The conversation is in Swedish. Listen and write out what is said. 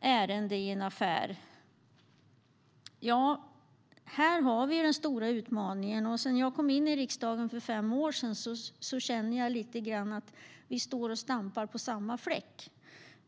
ärende i en affär? Här vi den stora utmaningen, och sedan jag kom in i riksdagen för fem år sedan har jag känt att vi lite grann står och stampar på samma fläck.